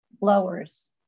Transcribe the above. blowers